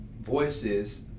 voices